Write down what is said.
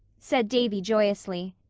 said davy joyously,